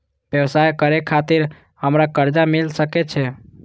व्यवसाय करे खातिर हमरा कर्जा मिल सके छे?